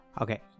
okay